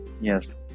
yes